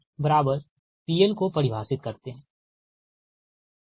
तो आप fPL को परिभाषित करते है